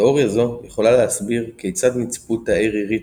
תאוריה זו יכולה להסביר כיצד נצפו תאי רירית